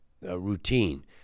routine